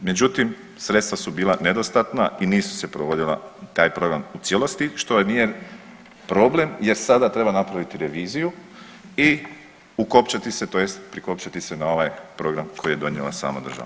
Međutim, sredstva su bila nedostatna i nisu se provodila taj program u cijelosti što nije problem jer sada treba napraviti reviziju i ukopčati se tj. prikopčati se na ovaj program koji je donijela sama država.